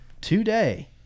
today